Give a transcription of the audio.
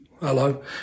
hello